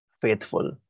faithful